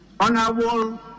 Honourable